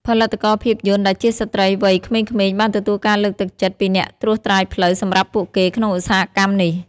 ផលិតករភាពយន្តដែលជាស្ត្រីវ័យក្មេងៗបានទទួលការលើកទឹកចិត្តពីអ្នកត្រួសត្រាយផ្លូវសម្រាប់ពួកគេក្នុងឧស្សាហកម្មនេះ។